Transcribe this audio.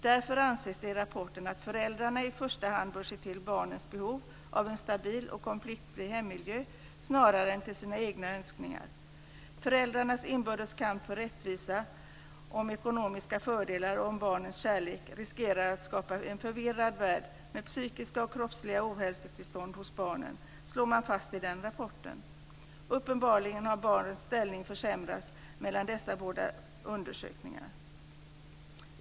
Därför anses det i den rapporten att föräldrarna i första hans bör se till barnets behov av en stabil och konfliktfri hemmiljö; detta snarare än till sina egna önskningar. Föräldrarnas inbördes kamp för rättvisa, om ekonomiska fördelar och om barnens kärlek riskerar att skapa en förvirrad värld med psykiska och kroppsliga ohälsotillstånd hos barnen. Detta slår man fast i rapporten. Uppenbarligen har barnens ställning försämrats mellan dessa båda undersökningar.